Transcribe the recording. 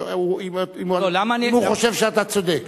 אם הוא חושב שאתה צודק.